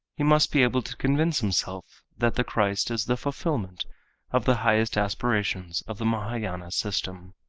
he must be able to convince himself that the christ is the fulfillment of the highest aspirations of the mahayana system.